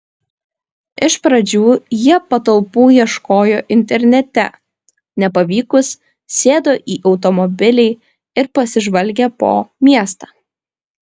iš pradžių jie patalpų ieškojo internete nepavykus sėdo į automobilį ir pasižvalgė po miestą